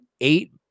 eight